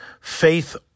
faith